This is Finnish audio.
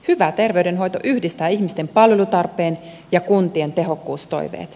hyvä terveydenhoito yhdistää ihmisten palvelutarpeen ja kuntien tehokkuustoiveet